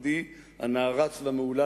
מפקדי הנערץ והמהולל,